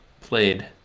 played